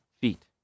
feet